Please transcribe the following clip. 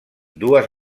dues